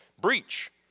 breach